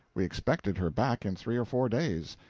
we expected her back in three or four days.